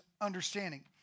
understanding